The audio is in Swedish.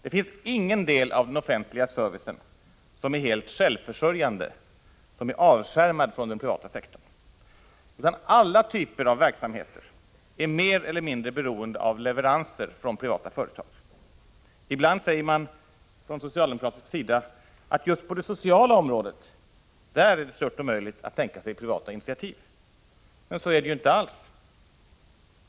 Det finns ingen del av den offentliga servicen som är helt självförsörjande, som är avskärmad från den privata sektorn, utan alla typer av verksamheter är mer eller mindre beroende av leveranser från privata företag. Ibland säger man från socialdemokratisk sida att just på det sociala området, där är det stört omöjligt att tänka sig privata initiativ. Men så är det ju inte alls.